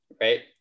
right